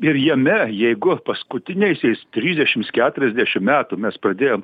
ir jame jeigu paskutiniaisiais trisdešims keturiasdešim metų mes pradėjom